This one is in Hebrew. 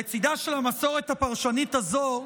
לצידה של המסורת הפרשנית הזאת,